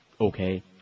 Okay